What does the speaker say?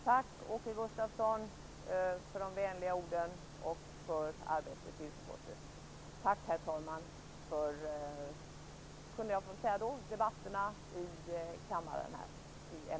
Tack, Åke Gustavsson, för de vänliga orden och för arbetet i utskottet. Herr talman! Tack för debatterna i kammaren.